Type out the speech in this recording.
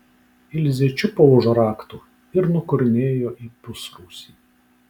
ilzė čiupo už raktų ir nukurnėjo į pusrūsį